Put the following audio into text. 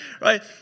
right